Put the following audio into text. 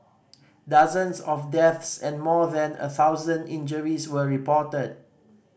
dozens of deaths and more than a thousand injuries were reported